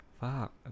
Fuck